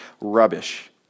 rubbish